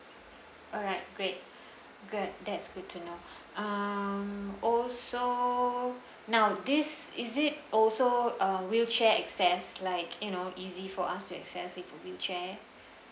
alright great good that is good to know um also now this is it also uh wheelchair access like you know easy for us to access with a wheelchair